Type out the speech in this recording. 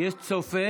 יש צופה